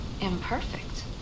imperfect